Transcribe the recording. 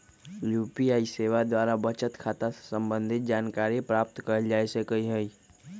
UPI सेवा द्वारा बचत खता से संबंधित जानकारी प्राप्त कएल जा सकहइ